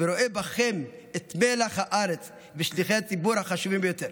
ורואה בכם את מלח הארץ ושליחי הציבור החשובים ביותר.